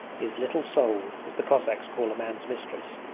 his little soul, as the cossacks call a man's mistress,